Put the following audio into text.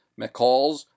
McCalls